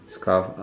scarf